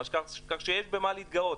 כך שיש במה להתגאות.